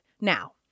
Now